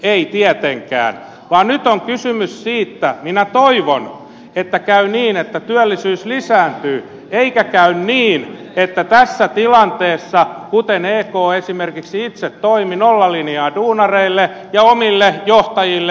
ei tietenkään vaan nyt on kysymys siitä ja minä toivon että käy niin että työllisyys lisääntyisi eikä kävisi niin että tässä tilanteessa kuten ek esimerkiksi itse toimi tulee nollalinjaa duunareille ja kymmenientuhansien korotukset omille johtajille